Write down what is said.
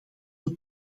het